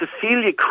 Cecilia